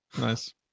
Nice